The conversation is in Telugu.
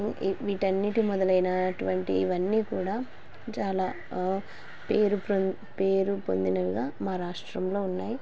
వీటి అన్నింటి మొదలైనటువంటి ఇవన్నీ కూడా చాలా పేరు పొ పేరు పొందినవిగా మా రాష్ట్రంలో ఉన్నాయి